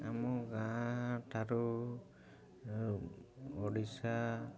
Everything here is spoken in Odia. ଆମ ଗାଁ ଠାରୁ ଓଡ଼ିଶା